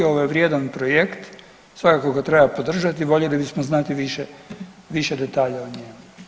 Ovo je vrijedan projekt, svakako ga treba podržati, voljeli bismo znati više, više detalja o njemu.